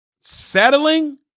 settling